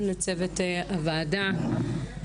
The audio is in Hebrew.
לצוות הוועדה.